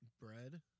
bread